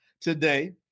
today